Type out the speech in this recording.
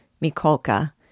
Mikolka